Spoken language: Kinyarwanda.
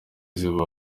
ziba